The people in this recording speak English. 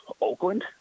Oakland